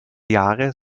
jahre